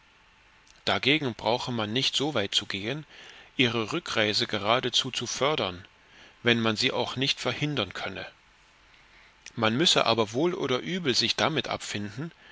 dagegen brauche man nicht soweit zu gehen ihre rückreise geradezu zu fördern wenn man sie auch nicht verhindern könne man müsse aber wohl oder übel sich damit abfinden